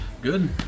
Good